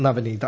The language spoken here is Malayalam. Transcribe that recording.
നവനീത